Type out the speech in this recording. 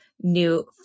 new